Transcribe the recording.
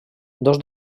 dos